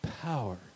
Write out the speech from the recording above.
power